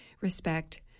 respect